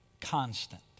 constant